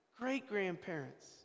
great-grandparents